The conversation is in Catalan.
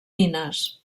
mines